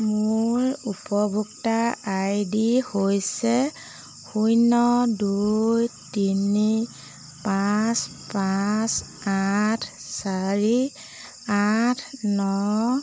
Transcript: মোৰ উপভোক্তা আইডি হৈছে শূন্য দুই তিনি পাঁচ পাঁচ আঠ চাৰি আঠ ন